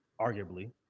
arguably